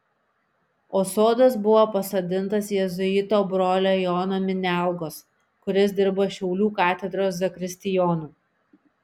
o sodas buvo pasodintas jėzuito brolio jono minialgos kuris dirbo šiaulių katedros zakristijonu